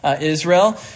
Israel